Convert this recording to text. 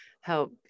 help